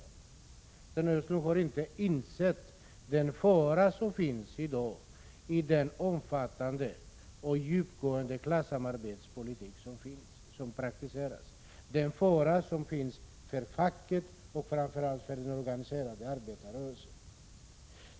Sten Östlund har inte insett den fara som finns i dag genom den omfattande och djupgående klassamarbetspolitik som praktiseras, den fara som finns för facket och framför allt för den organiserade arbetarrörelsen.